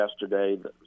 yesterday